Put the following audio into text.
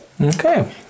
okay